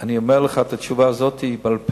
אני אומר לך את התשובה הזאת בעל-פה,